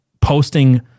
posting